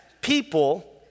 people